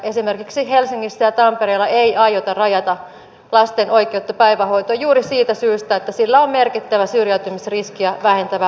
esimerkiksi helsingissä ja tampereella ei aiota rajata lasten oikeutta päivähoitoon juuri siitä syystä että sillä on merkittävä syrjäytymisriskiä vähentävä vaikutus